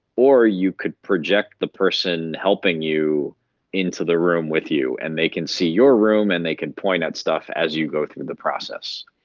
or you could project the person helping you into the room with you and they can see your room and they can point at stuff as you go through the process.